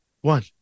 one